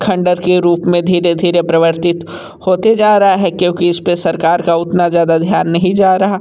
खंडर के रूप में धीरे धीरे परिवर्तित होते जा रहा है क्योंकि इस पर सरकार का उतना ज़्यादा ध्यान नहीं जा रहा